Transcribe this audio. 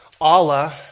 Allah